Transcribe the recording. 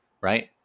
right